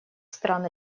стран